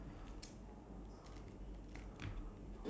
okay how many how many cards is there are there